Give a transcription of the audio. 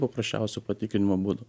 paprasčiausių patikrinimo būdų